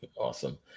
Awesome